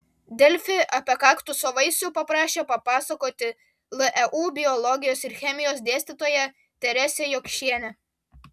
delfi apie kaktuso vaisių paprašė papasakoti leu biologijos ir chemijos dėstytoją teresę jokšienę